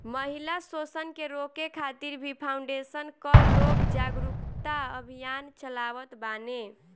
महिला शोषण के रोके खातिर भी फाउंडेशन कअ लोग जागरूकता अभियान चलावत बाने